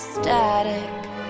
static